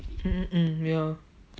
mm mm mm ya ya